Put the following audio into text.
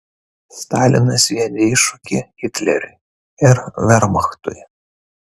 stalinas sviedė iššūkį hitleriui ir vermachtui